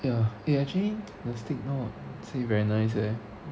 ya eh actually the steak not say very nice leh